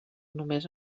només